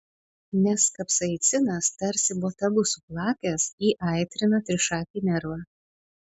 nes kapsaicinas tarsi botagu suplakęs įaitrina trišakį nervą